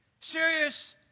Serious